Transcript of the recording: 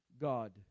God